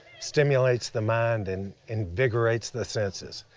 stimulates the mind and invigorates the senses.